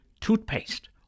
toothpaste